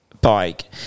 bike